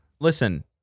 listen